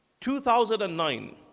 2009